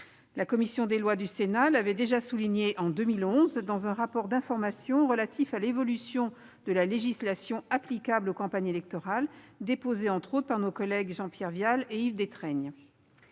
La commission des lois du Sénat l'avait déjà souligné en 2011, dans un rapport d'information relatif à l'évolution de la législation applicable aux campagnes électorales déposé, entre autres, par nos collègues Jean-Pierre Vial et Yves Détraigne.